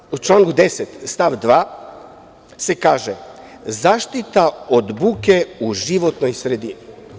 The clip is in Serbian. Tako, na primer, u članu 10. stav 2. se kaže – zaštita od buke u životnoj sredini.